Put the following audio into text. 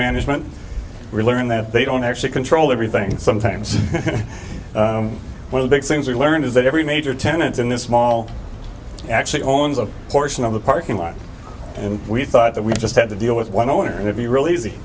management we learned that they don't actually control everything sometimes one of big things we learned is that every major tenants in this mall actually owns a portion of the parking lot and we thought that we just had to deal with one owner and if you really easy